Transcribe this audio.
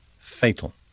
fatal